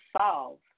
solve